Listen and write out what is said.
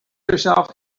yourself